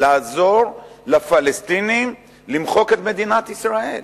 לעזור לפלסטינים למחוק את מדינת ישראל.